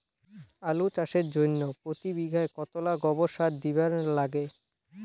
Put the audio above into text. আলু চাষের জইন্যে প্রতি বিঘায় কতোলা গোবর সার দিবার লাগে?